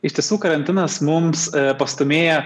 iš tiesų karantinas mums pastūmėja